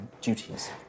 duties